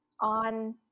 on